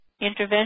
intervention